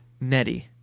Nettie